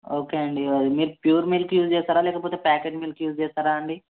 okay అండి అది మీరు ప్యూర్ మిల్క్ యూజ్ చేస్తారా లేకపోతే ప్యాకెట్ మిల్క్ యూజ్ చేస్తారా అండి